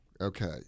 Okay